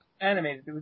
animated